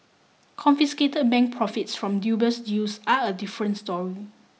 confiscated bank profits from dubious deals are a different story